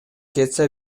кетсе